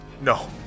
No